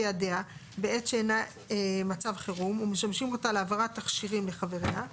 בידיה בעת שאינה מצב חירום ומשמשים אותה להעברת תכשירים לחבריה;